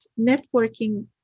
networking